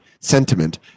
sentiment